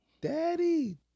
Daddy